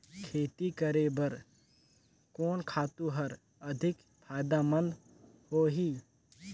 खेती करे बर कोन खातु हर अधिक फायदामंद होही?